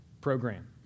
Program